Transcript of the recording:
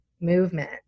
movement